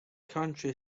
county